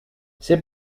c’est